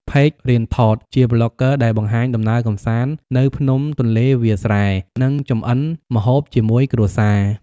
ផេករៀន ថត ជាប្លុកហ្គើដែលបង្ហាញដំណើរកម្សាន្តនៅភ្នំទន្លេវាលស្រែ និងចម្អិនម្ហូបជាមួយគ្រួសារ។